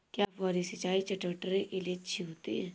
क्या फुहारी सिंचाई चटवटरी के लिए अच्छी होती है?